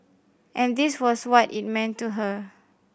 and this was what it meant to her